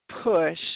push